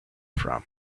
from